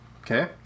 Okay